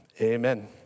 Amen